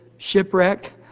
shipwrecked